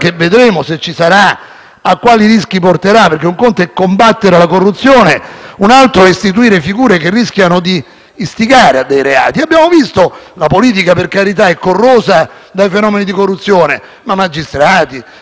a quali rischi porterà, perché un conto è combattere la corruzione e un altro è istituire figure che rischiano di istigare a dei reati. La politica, per carità, è corrosa dai fenomeni di corruzione, ma così è anche per i magistrati e le Forze di polizia: ahimè,